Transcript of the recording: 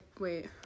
wait